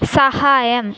സഹായം